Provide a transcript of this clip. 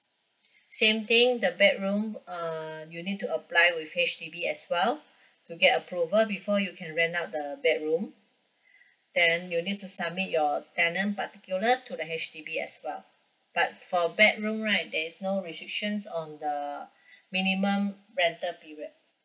same thing the bedroom err you need to apply with H_D_B as well to get approval before you can rent out the bedroom then you need to submit your tenant particular to the H_D_B as well but for bedroom right there is no restrictions on the minimum rental period